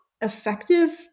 effective